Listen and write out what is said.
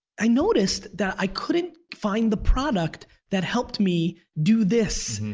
i noticed that i couldn't find the product that helped me do this.